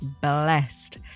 blessed